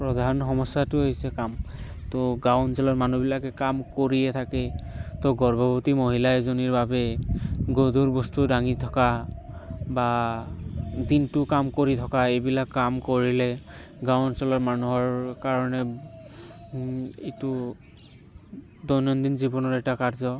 প্ৰধান সমস্যাটোৱেই হৈছে কাম ত' গাঁও অঞ্চলৰ মানুহবিলাকে কাম কৰিয়ে থাকে ত' গৰ্ভৱতী মহিলা এজনীৰ বাবে গধুৰ বস্তু দাঙি থকা বা দিনটো কাম কৰি থকা এইবিলাক কাম কৰিলে গাঁও অঞ্চলৰ মানুহৰ কাৰণে এইটো দৈনন্দিন জীৱনৰ এটা কাৰ্য